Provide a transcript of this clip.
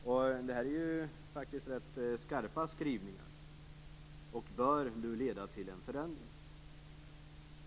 Vad jag här citerar är faktiskt ganska skarpa skrivningar som bör leda till en förändring.